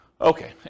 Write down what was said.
Okay